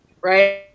right